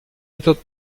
méthode